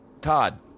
Todd